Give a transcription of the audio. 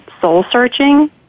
soul-searching